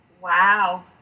Wow